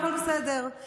הכול בסדר.